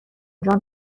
جان